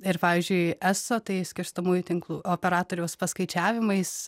ir pavyzdžiui eso tai skirstomųjų tinklų operatoriaus paskaičiavimais